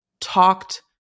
talked